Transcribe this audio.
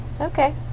Okay